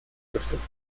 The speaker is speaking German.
bestückt